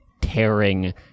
tearing